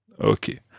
Okay